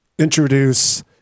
Introduce